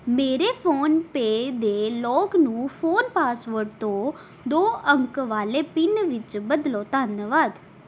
ਮੇਰੇ ਫੋਨਪੇ ਦੇ ਲੌਕ ਨੂੰ ਫ਼ੋਨ ਪਾਸਵਰਡ ਤੋਂ ਦੋ ਅੰਕ ਵਾਲੇ ਪਿੰਨ ਵਿੱਚ ਬਦਲੋ ਧੰਨਵਾਦ